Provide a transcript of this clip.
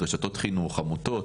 רשתות חינוך או עמותות,